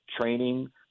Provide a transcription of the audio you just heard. training